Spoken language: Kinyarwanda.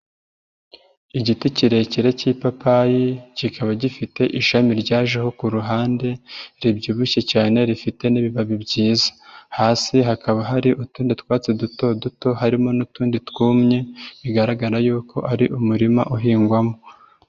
Igiti kirekire cy'ipapayi kikaba gifite ishami ryajeho ku ruhande ribyibushye cyane rifite n'ibibabi byiza. Hasi hakaba hari utundi twatsi duto duto harimo n'utundi twumye, bigaragara yuko ari umurima uhingwamo.